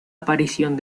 aparición